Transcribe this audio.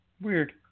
weird